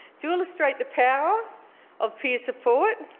to illustrate the power of peer support,